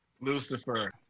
lucifer